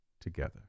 together